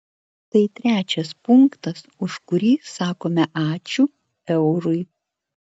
tai trečias punktas už kurį sakome ačiū eurui